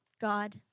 God